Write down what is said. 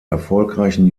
erfolgreichen